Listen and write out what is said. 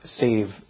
save